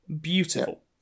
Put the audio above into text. Beautiful